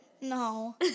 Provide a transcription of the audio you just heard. No